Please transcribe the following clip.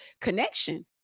connection